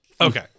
Okay